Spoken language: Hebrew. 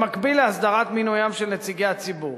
במקביל להסדרת מינוים של נציגי הציבור